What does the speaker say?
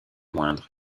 moindre